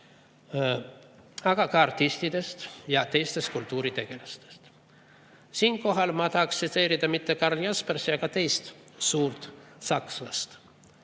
aga ka artistidest ja teistest kultuuritegelastest. Siinkohal ma tahan tsiteerida mitte Karl Jaspersit, vaid teist suurt sakslast.